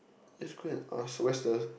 just go and ask where's the